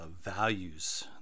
values